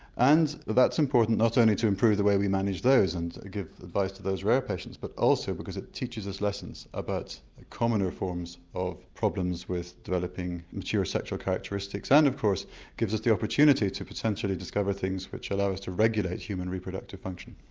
and that's important not only to improve the way we manage those and give advice to those rare patients but also because it teaches us lessons about the commoner forms of problems with developing mature sexual characteristics and of course gives us the opportunity to potentially discover things which allow us to regulate human reproductive function.